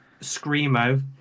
screamo